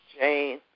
Jane